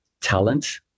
talent